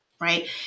right